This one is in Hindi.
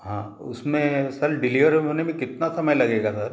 हाँ उस में सर डिलीवर होने में कितना समय लगेगा सर